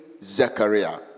Zechariah